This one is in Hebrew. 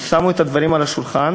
הם שמו את הדברים על השולחן,